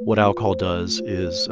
what alcohol does is